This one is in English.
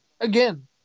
Again